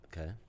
Okay